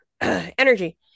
energy